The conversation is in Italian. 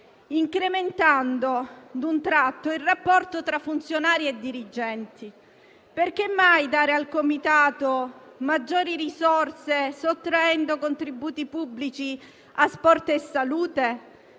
incrementando d'un tratto il rapporto tra funzionari e dirigenti: perché mai dare al Comitato maggiori risorse, sottraendo contributi pubblici a sport e salute,